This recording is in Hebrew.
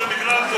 גברתי היושבת-ראש,